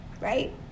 right